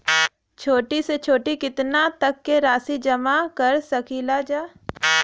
छोटी से छोटी कितना तक के राशि जमा कर सकीलाजा?